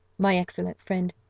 my excellent friend,